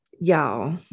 Y'all